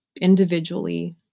individually